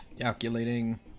Calculating